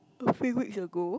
a few weeks ago